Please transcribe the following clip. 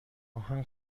آهن